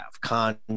con